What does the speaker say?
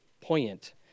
poignant